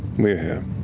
we're